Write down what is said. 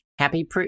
Happy